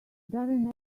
darren